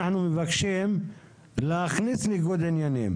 אנחנו מבקשים להכניס ניגוד עניינים?